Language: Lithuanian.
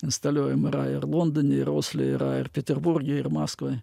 instaliuojam yra ir londone ir osle yra ir peterburge ir maskvoj